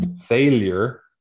failure